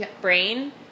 brain